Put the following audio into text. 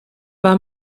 war